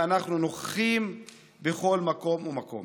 אנחנו נוכחים בכל מקום ומקום.